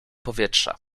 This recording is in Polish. powietrza